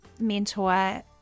mentor